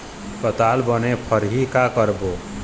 पताल बने फरही का करबो?